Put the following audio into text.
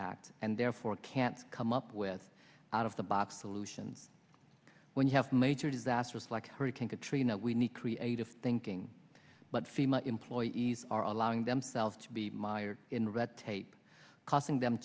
act and therefore can't come up with out of the box solutions when you have major disasters like hurricane katrina we need creative thinking but fema employees are allowing themselves to be mired in red tape causing them